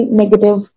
negative